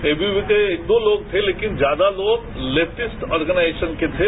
ए B V P के एक दो लोग थे लेकिन ज्यादा लोग लेटिस्ट ऑर्गेनाइजेशन के थे